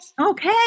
Okay